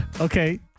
Okay